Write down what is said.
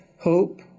hope